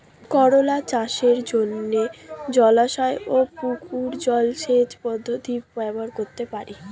করোলা চাষের জন্য জলাশয় ও পুকুর জলসেচ পদ্ধতি ব্যবহার করতে পারি?